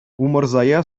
умырзая